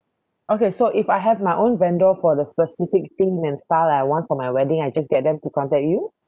okay so if I have my own vendor for the specific theme and style I want for my wedding I just get them to contact you